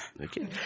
Okay